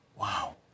Wow